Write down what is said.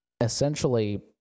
essentially